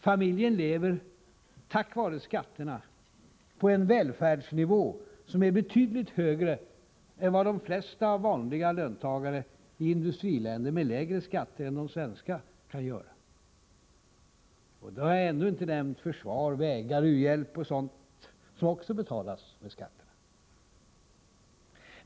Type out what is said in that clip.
Familjen lever, tack vare skatterna, på en välfärdsnivå som är betydligt högre än för de flesta vanliga löntagare i industriländer med lägre skatter än de svenska. Jag har då inte nämnt försvar, vägar, u-hjälp och sådant, som också betalas med skatterna.